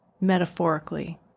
metaphorically